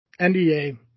NDA